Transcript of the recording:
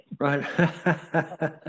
Right